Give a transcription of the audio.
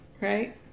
Right